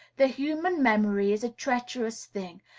the human memory is a treacherous thing,